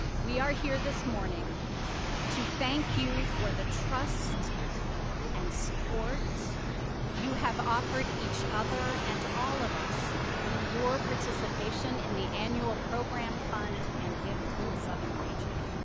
we are here this morning to thank you for the trust and support you have offered each other and all of us through your participation in the annual program fund and gift in the southern region.